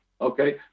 Okay